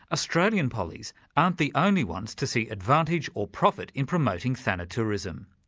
australian pollies aren't the only ones to see advantage or profit in promoting thanatourism.